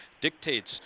dictates